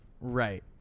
Right